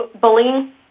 bullying